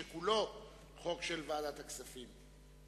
שכולו חוק של ועדת הכספים,